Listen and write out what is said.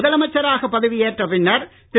முதலமைச்சராக பதவியேற்ற பின்னர் திரு